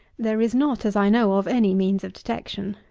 there is not, as i know of, any means of detection.